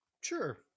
Sure